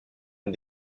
une